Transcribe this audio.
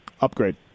upgrade